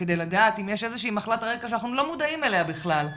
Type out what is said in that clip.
בדיקות כדי לדעת אם יש איזושהי מחלת רקע שאנחנו לא מודעים אליה בכלל,